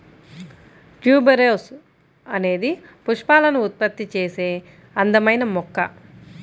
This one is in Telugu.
ట్యూబెరోస్ అనేది పుష్పాలను ఉత్పత్తి చేసే అందమైన మొక్క